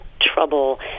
trouble